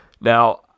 Now